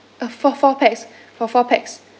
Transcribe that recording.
uh four four pax for four pax